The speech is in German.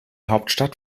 hauptstadt